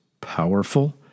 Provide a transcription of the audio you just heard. powerful